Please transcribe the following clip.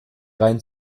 reihen